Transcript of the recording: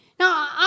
Now